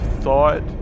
thought